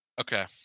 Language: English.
Okay